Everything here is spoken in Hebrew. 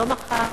לא מחר,